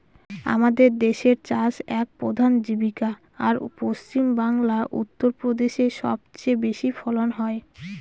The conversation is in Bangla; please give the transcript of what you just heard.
আমাদের দেশের চাষ এক প্রধান জীবিকা, আর পশ্চিমবাংলা, উত্তর প্রদেশে সব চেয়ে বেশি ফলন হয়